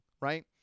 right